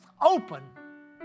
open